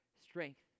strength